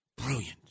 Brilliant